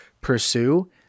pursue